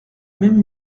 même